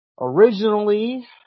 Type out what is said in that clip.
Originally